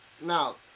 now